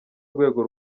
urwego